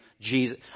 Jesus